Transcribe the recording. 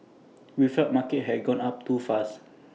we felt markets had gone up too fast